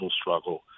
struggle